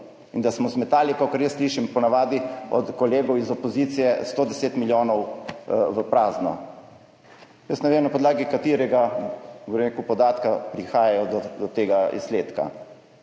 in da smo zmetali, kakor jaz slišim po navadi od kolegov iz opozicije, 110 milijonov v prazno. Ne vem, na podlagi katerega, bom rekel, podatka prihajajo do tega izsledka.